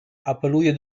apeluje